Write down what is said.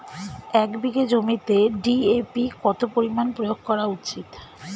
এক বিঘে জমিতে ডি.এ.পি কত পরিমাণ প্রয়োগ করা উচিৎ?